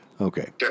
Okay